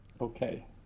Okay